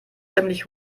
ziemlich